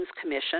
Commission